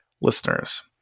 listeners